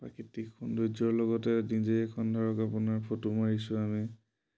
প্ৰাকৃতিক সৌন্দৰ্যৰ লগতে নিজে এখন ধৰক আপোনাৰ ফটো মাৰিছোঁ আমি